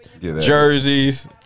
Jerseys